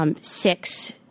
six